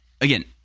Again